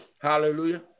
Hallelujah